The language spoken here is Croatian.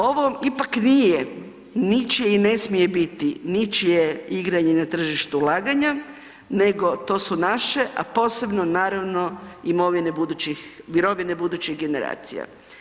Ovo ipak nije ničije i ne smije biti ničije igranje na tržištu ulaganja, nego to su naše, a posebno naravno imovine budućih, mirovine budućih generacija.